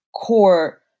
core